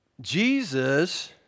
Jesus